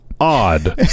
odd